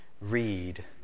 read